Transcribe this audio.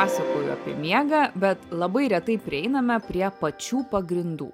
pasakoju apie miegą bet labai retai prieiname prie pačių pagrindų